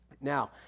Now